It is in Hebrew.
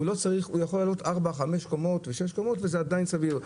הוא יכול לעלות 4, 5, 6 קומות וזה עדיין סביר.